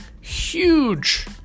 huge